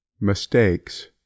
mistakes